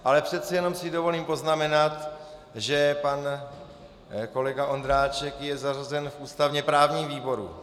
Ale přece jenom si dovolím poznamenat, že pan kolega Ondráček je zařazen v ústavněprávním výboru.